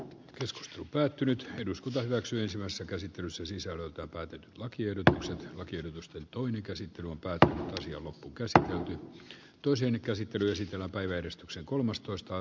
keskustelu päättynyt eduskunta hyväksyy samassa käsittelyssä sisällöltään yhtä hyviä keinoja mutta nyt on ainakin tehty merkittävä teko tämän veroaukon tukkimiseksi